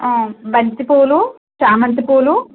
బంతి పూలు చామంతి పూలు